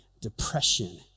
depression